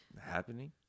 happening